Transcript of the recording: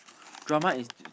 drama is